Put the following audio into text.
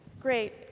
Great